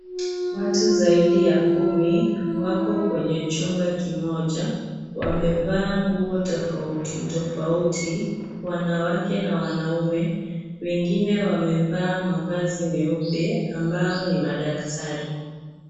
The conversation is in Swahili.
Watu zaidi ya kumi wako kwenye chumba kimoja, wamevaa nguo taofauti tofauti, wanawake na wanaume, wengine wamevaa mavazi meupe ambao ni madaktari.